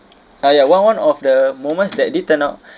uh ya one one of the moments that did turn out